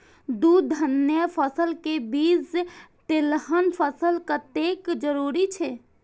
दू धान्य फसल के बीच तेलहन फसल कतेक जरूरी छे?